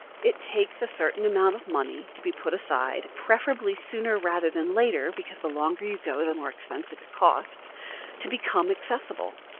it takes a certain amount of money to be put aside preferably sooner rather than later, because the longer you go, the more expensive it costs to become accessible.